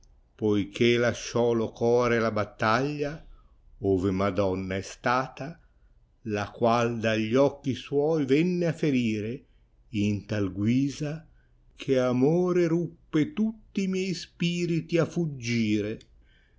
poiché lasciò lo core alla battaglia ove madonna è stata la qual dagli occhi suoi venne a ferire in tal guisa che amore ruppe tutti i miei spiriti a fuggire